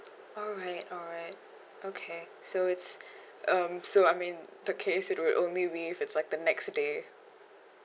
alright alright okay so it's um so I mean the case it will only waive is like the next day